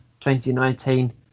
2019